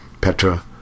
Petra